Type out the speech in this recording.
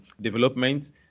development